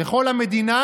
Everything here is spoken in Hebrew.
בכל המדינה,